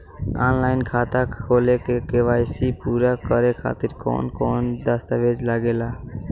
Online खाता खोले में के.वाइ.सी पूरा करे खातिर कवन कवन दस्तावेज लागे ला?